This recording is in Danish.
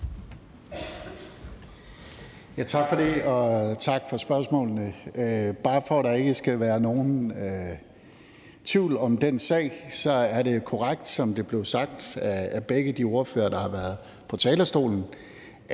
Tak for det. Og tak for spørgsmålene. Bare for at der ikke skal være nogen tvivl om den sag, vil jeg sige, at det er korrekt, som det blev sagt af begge de ordførere, der har været på talerstolen,